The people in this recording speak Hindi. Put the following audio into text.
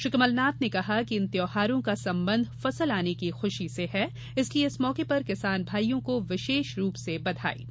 श्री कमलनाथ ने कहा कि इन त्यौहारों का संबंध फसल आने की ख्शी से है इसलिये इस मौके पर किसान भाईयों को विशेष रूप से बधाई देते हैं